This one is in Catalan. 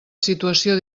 situació